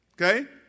okay